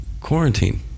Quarantine